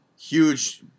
Huge